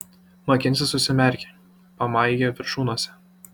makenzis užsimerkė pamaigė viršunosę